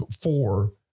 four